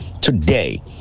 Today